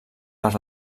per